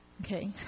Okay